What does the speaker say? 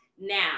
now